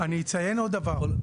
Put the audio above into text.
אציין עוד דבר.